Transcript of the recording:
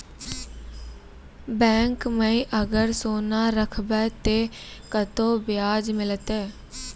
Bank माई अगर सोना राखबै ते कतो ब्याज मिलाते?